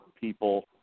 people